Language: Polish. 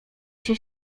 się